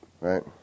right